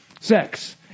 sex